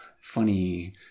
funny